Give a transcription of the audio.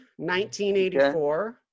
1984